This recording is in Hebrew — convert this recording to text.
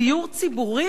דיור ציבורי,